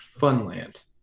Funland